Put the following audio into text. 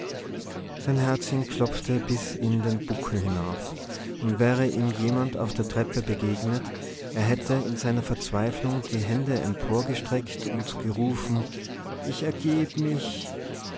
sein herzchen klopfte bis in den buckel hinauf und wäre ihm jemand auf der treppe begegnet er hätte in seiner verzweiflung die hände emporgestreckt und gerufen ich ergeb mich